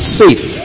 safe